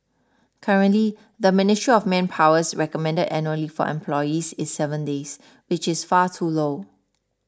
currently the Ministry of Manpower's recommended annual leave for employees is seven days which is far too low